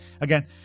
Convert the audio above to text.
again